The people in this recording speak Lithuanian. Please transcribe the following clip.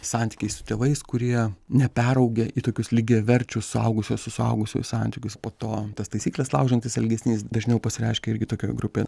santykiai su tėvais kurie neperaugę į tokius lygiaverčius suaugusio su suaugusiuoju santykius po to tas taisykles laužantis elgesnys dažniau pasireiškia irgi tokioje grupėje